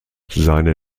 seine